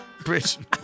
Britain